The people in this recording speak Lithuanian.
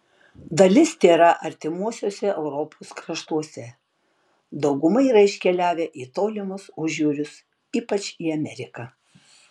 dalis tėra artimuose europos kraštuose dauguma yra iškeliavę į tolimus užjūrius ypač į ameriką